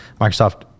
microsoft